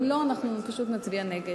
אם לא, אנחנו פשוט נצביע נגד.